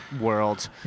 world